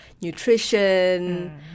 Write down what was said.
nutrition